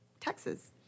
Texas